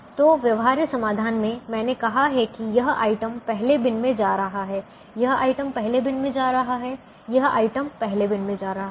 तो व्यवहार्य समाधान में मैंने कहां है कि यह आइटम पहले बिन में जा रहा है यह आइटम पहले बिन में जा रहा है यह आइटम पहले बिन में जा रहा है